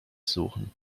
suchen